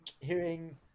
hearing